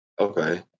Okay